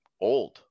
old